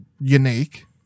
unique